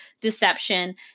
deception